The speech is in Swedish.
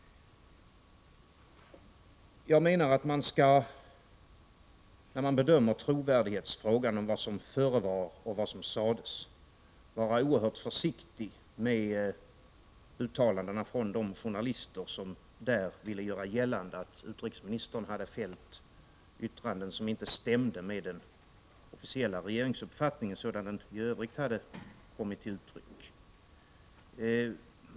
Jag menar att man, när man bedömer frågan om trovärdigheten av uppgifter om vad som förevar och vad som sades, skall vara oerhört försiktig med uttalandena från de journalister som har velat göra gällande att utrikesministern hade fällt yttranden som inte stämde med den officiella regeringsuppfattningen sådan den i övrigt hade kommit till uttryck.